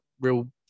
real